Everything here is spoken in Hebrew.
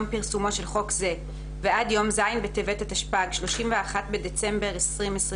פרסומו של חוק זה ועד יום ז' בטבת התשפ"ג (31 בדצמבר 2022)